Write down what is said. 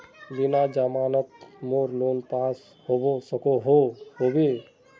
बिना जमानत मोर लोन पास होबे सकोहो होबे?